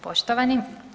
poštovani.